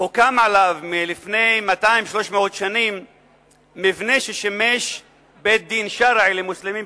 הוקם עליו לפני 200 300 שנים מבנה ששימש בית-דין שרעי למוסלמים,